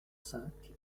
cinq